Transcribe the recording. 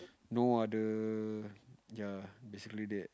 no other ya basically that